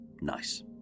Nice